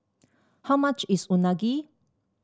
how much is Unagi